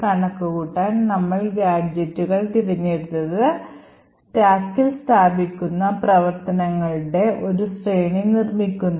കണക്കുകൂട്ടാൻ നമ്മൾ ഗാഡ്ജെറ്റുകൾ തിരഞ്ഞെടുത്ത് സ്റ്റാക്കിൽ സ്ഥാപിക്കുന്ന പ്രവർത്തനങ്ങളുടെ ഒരു ശ്രേണി നിർമ്മിക്കുന്നു